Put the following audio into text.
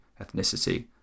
ethnicity